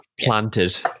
planted